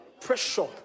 Pressure